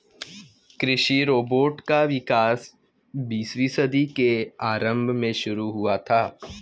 कृषि रोबोट का विकास बीसवीं सदी के आरंभ में शुरू हुआ था